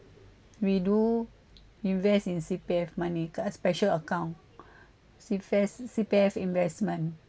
we do invest in C_P_F money just special account C_P_F C_P_F investment